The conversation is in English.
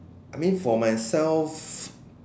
I mean for myself